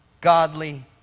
godly